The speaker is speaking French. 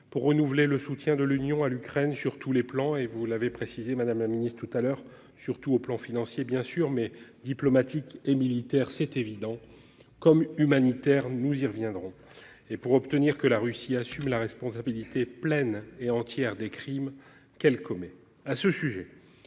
pour renouveler le soutien de l'Union à l'Ukraine sur tous les plans et vous l'avez précisé Madame la Ministre tout à l'heure, surtout au plan financier bien sûr mais diplomatique et militaire c'est évident comme humanitaire, nous y reviendrons. Et pour obtenir que la Russie assume la responsabilité pleine et entière des crimes qu'commet à ce sujet.